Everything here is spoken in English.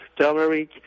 turmeric